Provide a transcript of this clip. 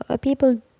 people